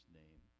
name